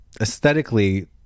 aesthetically